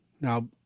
Now